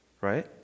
right